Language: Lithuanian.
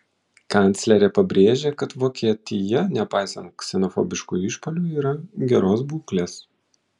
kanclerė pabrėžė kad vokietija nepaisant ksenofobiškų išpuolių yra geros būklės